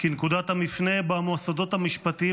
כנקודת המפנה שבה המוסדות המשפטיים